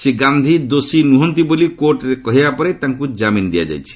ଶ୍ରୀ ଗାନ୍ଧି ଦୋଷୀ ନୁହନ୍ତି ବୋଲି କୋର୍ଟ୍ରେ କହିବା ପରେ ତାଙ୍କୁ ଜାମିନ୍ ଦିଆଯାଇଛି